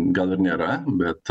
gal ir nėra bet